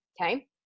Okay